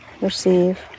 Receive